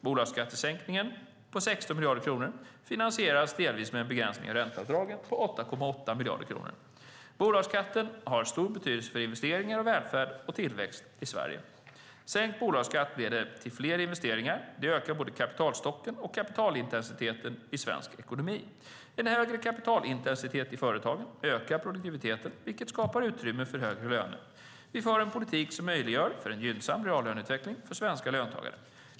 Bolagsskattesänkningen på 16 miljarder kronor finansieras delvis med en begränsning av ränteavdragen på 8,8 miljarder kronor. Bolagsskatten har stor betydelse för investeringar, välfärd och tillväxt i Sverige. Sänkt bolagsskatt leder till fler investeringar. Det ökar både kapitalstocken och kapitalintensiteten i svensk ekonomi. En högre kapitalintensitet i företagen ökar produktiviteten, vilket skapar utrymme för högre löner. Vi för en politik som möjliggör en gynnsam reallöneutveckling för svenska löntagare.